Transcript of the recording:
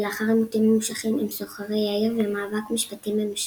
ולאחר עימותים ממושכים עם סוחרי העיר ומאבק משפטי ממושך,